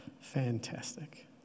Fantastic